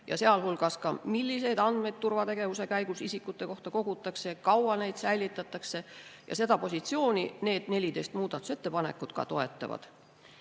sealhulgas ka see, milliseid andmeid turvategevuse käigus isikute kohta kogutakse ja kui kaua neid säilitatakse. Ja seda positsiooni need 14 muudatusettepanekut ka toetavad. Üks